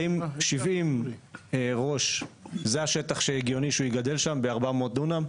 האם 70 ראש זה השטח שזה הגיוני שהוא יגדל שם ב-400 דונם?